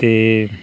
ते